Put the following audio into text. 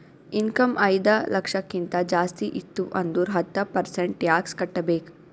income ಐಯ್ದ ಲಕ್ಷಕ್ಕಿಂತ ಜಾಸ್ತಿ ಇತ್ತು ಅಂದುರ್ ಹತ್ತ ಪರ್ಸೆಂಟ್ ಟ್ಯಾಕ್ಸ್ ಕಟ್ಟಬೇಕ್